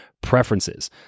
preferences